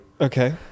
Okay